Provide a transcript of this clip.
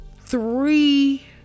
three